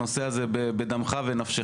הנושא הזה בדמך ובנפשך.